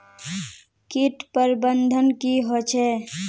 किट प्रबन्धन की होचे?